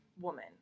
woman